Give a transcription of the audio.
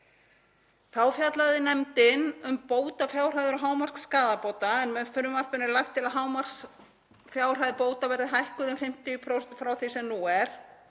Þá fjallaði nefndin um bótafjárhæðir og hámark skaðabóta en með frumvarpinu er lagt til að hámarksfjárhæð bóta verði hækkuð um 50% frá því sem nú er.